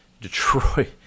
Detroit